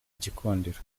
igikundiro